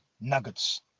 nuggets